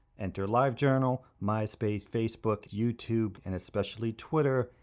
enter livejournal, myspace, facebook, youtube, and especially twitter,